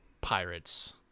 pirates